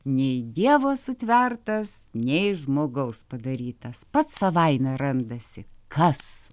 nei dievo sutvertas nei žmogaus padarytas pats savaime randasi kas